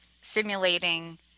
simulating